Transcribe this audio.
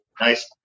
Nice